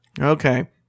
okay